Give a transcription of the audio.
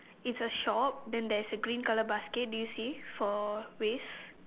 it's a shop then there's a green colour basket do you see for waste